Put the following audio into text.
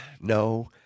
no